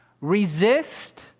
Resist